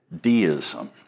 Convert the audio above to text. Deism